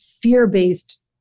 fear-based